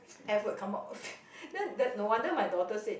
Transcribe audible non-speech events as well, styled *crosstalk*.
F word come out *breath* then no wonder my daughter say